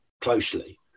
closely